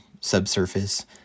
subsurface